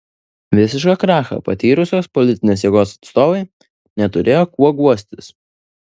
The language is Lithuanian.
visišką krachą patyrusios politinės jėgos atstovai neturėjo kuo guostis